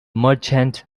merchant